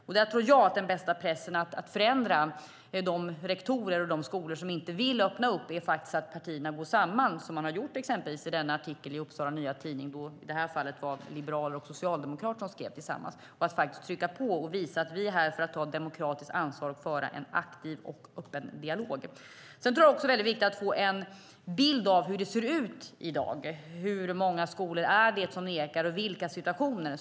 Jag tror att den bästa pressen att förändra de rektorer och de skolor som inte vill öppna upp är att partierna går samman som man har gjort exempelvis i artikeln i Upsala Nya Tidning, där det i detta fall var liberaler och socialdemokrater som skrev tillsammans. Det handlar om att trycka på och att visa att vi är här för att ta ett demokratiskt ansvar och föra en aktiv och öppen dialog. Jag tror också att det är viktigt att få en bild av hur det ser ut i dag. Hur många skolor är det som nekar och i vilka situationer?